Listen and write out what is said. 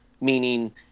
Meaning